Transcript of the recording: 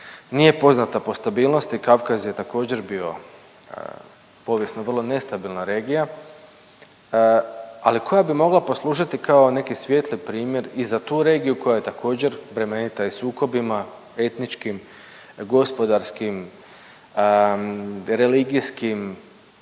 nije poznata po stabilnosti, Kavkaz je također bio povijesno vrlo nestabilna regija, ali koja bi mogla poslužiti kao neki svijetli primjer i za tu regiju koja je također prema INTA sukobima etničkim, gospodarskim, religijskim,